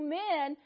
men